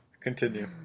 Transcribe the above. Continue